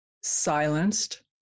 silenced